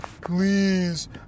Please